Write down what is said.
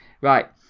right